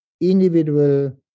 individual